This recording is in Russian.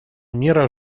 мира